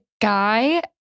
guy